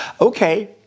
Okay